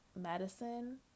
medicine